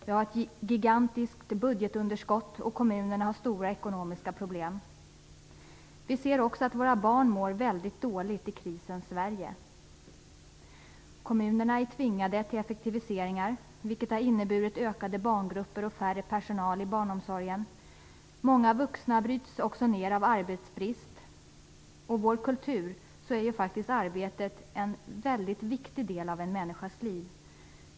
Vi har ett gigantiskt budgetunderskott, och kommunerna har stora ekonomiska problem. Vi ser också att våra barn mår dåligt i krisens Sverige. Kommunerna är tvingade till effektiviseringar, vilket har inneburit ökade barngrupper och mindre personal i barnomsorgen. Många vuxna bryts också ner av arbetsbrist. I vår kultur är arbetet en mycket viktig del av en människas liv.